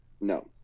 No